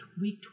week